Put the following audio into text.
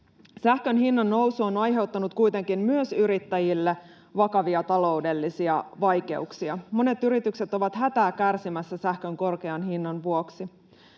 Sähkön hinnannousu on aiheuttanut kuitenkin myös yrittäjille vakavia taloudellisia vaikeuksia. Monet yritykset ovat hätää kärsimässä sähkön korkean hinnan vuoksi.